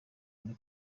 ari